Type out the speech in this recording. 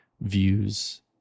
views